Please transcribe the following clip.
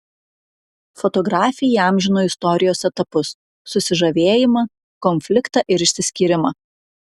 fotografė įamžino istorijos etapus susižavėjimą konfliktą ir išsiskyrimą